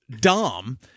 Dom